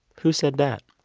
who said that?